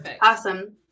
Awesome